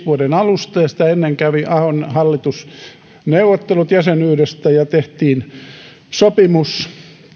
vuoden tuhatyhdeksänsataayhdeksänkymmentäviisi alusta ja sitä ennen kävi ahon hallitus neuvottelut jäsenyydestä ja tehtiin sopimus